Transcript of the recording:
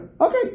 okay